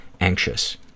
Anxious